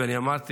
ואני אומר,